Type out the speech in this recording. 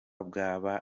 bwaba